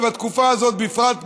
ובתקופה הזאת בפרט,